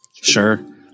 Sure